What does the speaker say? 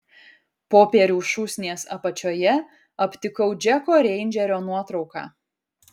popierių šūsnies apačioje aptikau džeko reindžerio nuotrauką